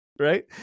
Right